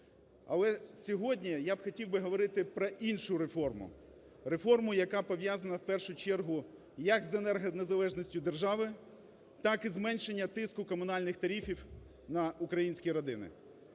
Але сьогодні я б хотів би говорити про іншу реформу – реформу, яка пов'язана, в першу чергу, як з енергонезалежністю держави, так і зменшення тиску комунальних тарифів на українські родини.